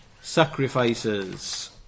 sacrifices